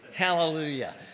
Hallelujah